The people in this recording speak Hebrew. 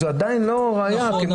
זה עדיין לא ראייה --- נכון,